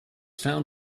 found